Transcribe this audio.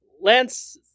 Lance